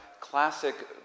classic